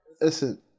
listen